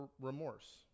remorse